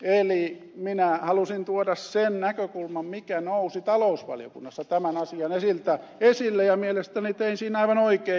eli minä halusin tuoda sen näkökulman mikä nousi talousvaliokunnassa tämän asian osalta esille ja mielestäni tein siinä aivan oikein